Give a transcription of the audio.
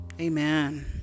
amen